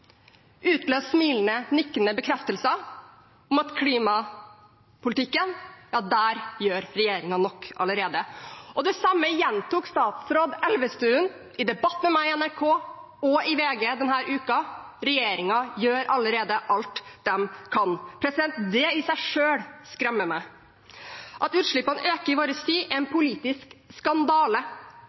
smilende, nikkende bekreftelser av at i klimapolitikken – ja, der gjør regjeringen nok allerede. Det samme gjentok statsråd Elvestuen i debatt med meg i NRK og i VG denne uken: Regjeringen gjør allerede alt de kan. Det i seg selv skremmer meg. At utslippene øker i vår tid, er en politisk skandale.